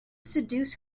seduce